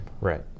Right